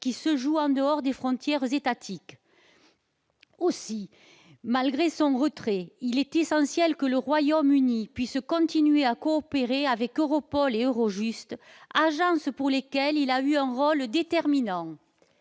qui se jouent en dehors des frontières étatiques. Aussi, malgré son retrait, il est essentiel que le Royaume-Uni puisse continuer à coopérer avec Europol et Eurojust, agence pour lesquels il a eu un rôle déterminant